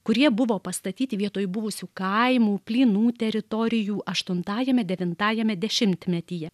kurie buvo pastatyti vietoj buvusių kaimų plynų teritorijų aštuntajame devintajame dešimtmetyje